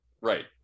right